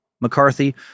McCarthy